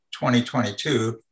2022